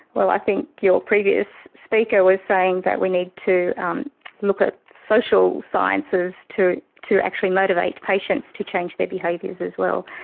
well, i think your previous speaker was saying that we need to um look at social sciences to to actually motivate patients to change their behaviours as well,